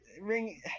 ring